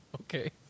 Okay